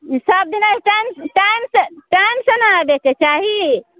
सभ दिने टाइम टाइमसँ टाइमसँ ने अबैके चाही